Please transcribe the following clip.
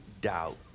doubt